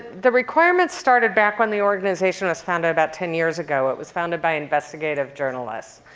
the requirements started back when the organization was founded about ten years ago. it was founded by investigative journalists.